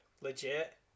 legit